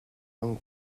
own